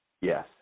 Yes